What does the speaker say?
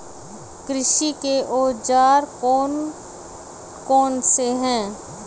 कृषि के औजार कौन कौन से हैं?